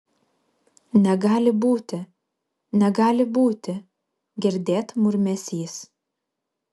negali būti negali būti girdėt murmesys